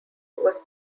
was